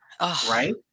right